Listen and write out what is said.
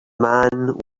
man